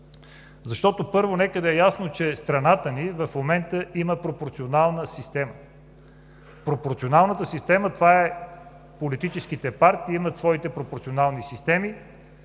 Защото, първо, нека да е ясно, че страната ни в момента има пропорционална система. Пропорционалната система, това е, че политическите партии имат своите пропорционални системи.